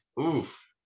Oof